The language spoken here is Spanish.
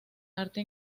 arte